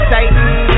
Satan